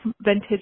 vintage